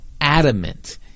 adamant